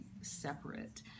separate